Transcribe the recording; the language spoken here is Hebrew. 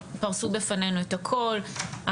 פרסו לפנינו את הכל,